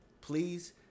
please